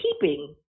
keeping